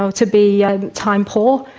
ah to be ah time poor,